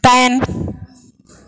दाइन